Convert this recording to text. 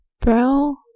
Bro